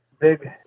big